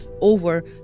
over